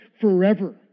forever